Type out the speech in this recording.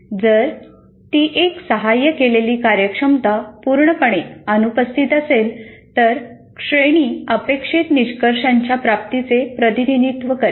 जर ती 1 सहाय्य केलेली कार्यक्षमता पूर्णपणे अनुपस्थित असेल तर श्रेणी अपेक्षित निष्कर्षांच्या प्राप्तीचे प्रतिनिधित्व करेल